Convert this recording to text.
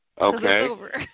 Okay